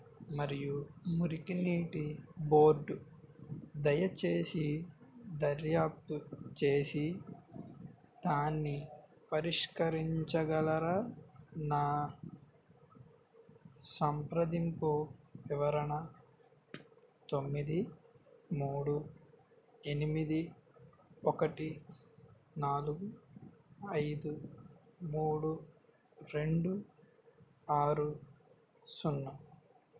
మరియు మురికినీటి బోర్డు దయచేసి దర్యాప్తు చేసి దాన్ని పరిష్కరించగలరా నా సంప్రదింపు వివరణ తొమ్మిది మూడు ఎనిమిది ఒకటి నాలుగు ఐదు మూడు రెండు ఆరు సున్నా